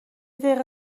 دقیقه